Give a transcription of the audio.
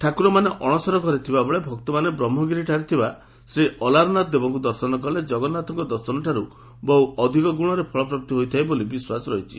ଠାକୁରମାନେ ଅଣସର ଘରେ ଥିବାବେଳେ ଭକ୍ତମାନେ ବ୍ରହ୍କଗିରି ଠାରେ ଥିବା ଶ୍ରୀଅଲାରନାଥ ଦେବଙ୍କୁ ଦର୍ଶନ କଲେ ଜଗନ୍ତାଥଙ୍କ ଦର୍ଶନଠାରୁ ବହୁ ଅଧିକ ଗୁଣରେ ଫଳପ୍ରାପ୍ତି ହୋଇଥାଏ ବୋଲି ବିଶ୍ୱାସ ରହିଛି